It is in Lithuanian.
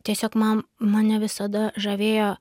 tiesiog man mane visada žavėjo